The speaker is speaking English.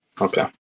Okay